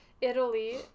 Italy